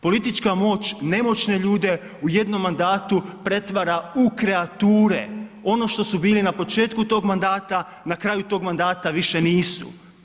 Politička moć nemoćne ljude u jednom mandatu pretvara u kreature, ono što su bili na početku tog mandata, na kraju tog mandata više nisu.